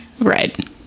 right